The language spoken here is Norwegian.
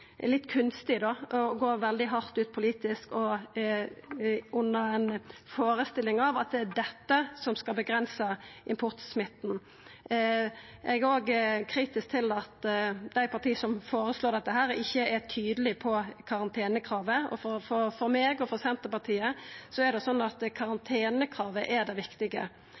litt kunstig å gå veldig hardt ut politisk under ei førestilling om at det er dette som skal avgrensa importsmitten. Eg er òg kritisk til at dei partia som føreslår dette, ikkje er tydelege på karantenekravet. For meg og for Senterpartiet er karantenekravet det viktige. Vi vil gjerne ha auka testing, men det